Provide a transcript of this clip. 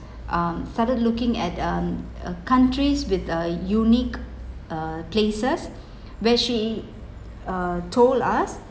um started looking at um uh countries with a unique uh places where she uh told us